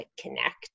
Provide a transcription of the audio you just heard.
connect